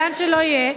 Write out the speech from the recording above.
לאן שלא יהיה,